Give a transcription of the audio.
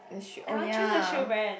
that's true oh ya